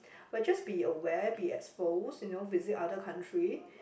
but just be aware be exposed you know visit other country